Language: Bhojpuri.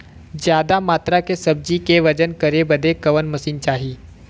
ज्यादा मात्रा के सब्जी के वजन करे बदे कवन मशीन चाही?